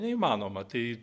neįmanoma tai